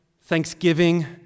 thanksgiving